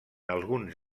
alguns